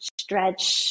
stretch